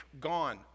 gone